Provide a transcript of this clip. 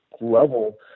level